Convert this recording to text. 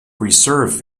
preserve